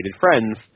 friends